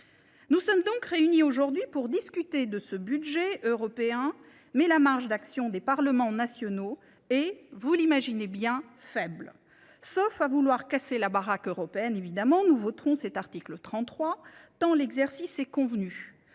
Nous sommes donc réunis aujourd’hui pour discuter de ce budget européen, mais la marge d’action des parlements nationaux est – vous l’imaginez bien – faible. Sauf à vouloir « casser la baraque » européenne, nous voterons cet article 33, tant l’exercice est convenu.